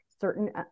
certain